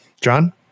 John